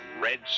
Red